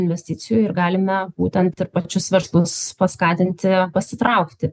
investicijų ir galime būtent ir pačius verslus paskatinti pasitraukti